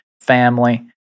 family